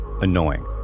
annoying